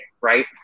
Right